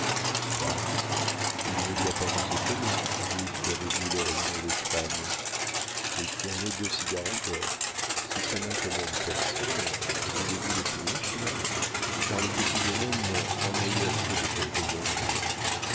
il ne doit pas vous étonner vous qui avez vu l'orient et l'espagne et qui en ai deux cigares encore si ça n'incommode personne voulez-vous les finir schinner car le petit jeune homme en a eu assez de quelques gorgées